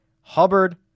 Hubbard